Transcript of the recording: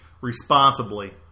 responsibly